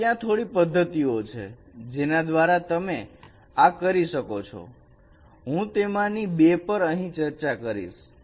તો ત્યાં થોડી પદ્ધતિઓ છે જેના દ્વારા તમે આ કરી શકો છો હું તેમાંની બે પર અહીં ચર્ચા કરીશ